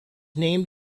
named